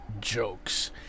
Jokes